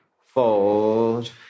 Fold